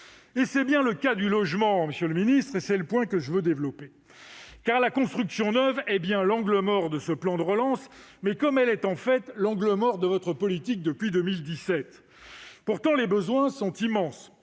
C'est le cas du logement, monsieur le ministre, point que je développerai à présent. Car la construction neuve est bien l'angle mort de ce plan de relance, comme elle est en réalité l'angle mort de votre politique depuis 2017. Pourtant, les besoins sont immenses